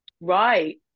right